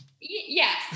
Yes